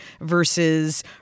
versus